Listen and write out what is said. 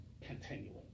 continuing